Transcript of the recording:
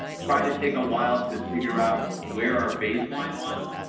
tried to take a while to figure out where our baseline was.